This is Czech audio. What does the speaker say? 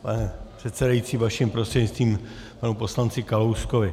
Pane předsedající, vaším prostřednictvím k panu poslanci Kalouskovi.